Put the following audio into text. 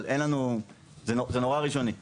אבל זה ראשוני מאוד,